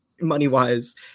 money-wise